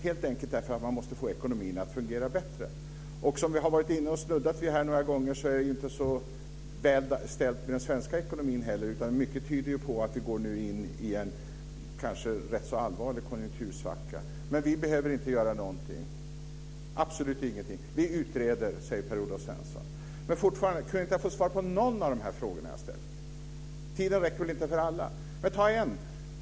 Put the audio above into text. Det gör man för att man helt enkelt måste få ekonomin att fungera bättre. Som vi har snuddat vid här några gånger är det inte heller så väl ställt med den svenska ekonomin. Mycket tyder på att vi nu går in i en kanske rätt så allvarlig konjunktursvacka. Men vi behöver inte göra någonting, absolut ingenting. Vi utreder, säger Per Kan jag inte få svar på någon av de frågor som jag ställt? Tiden räcker inte för alla, men ta en.